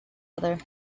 other